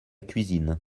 cuisine